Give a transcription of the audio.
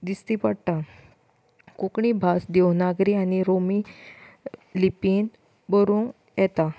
दिश्टी पडटा कोंकणी भास देवनागरी आनी रोमी लिपींत बरोवंक येता